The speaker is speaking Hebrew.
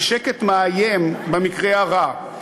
ושקט מאיים במקרה הרע.